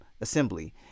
assembly